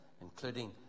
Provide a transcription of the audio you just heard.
including